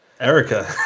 Erica